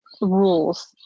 rules